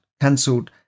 cancelled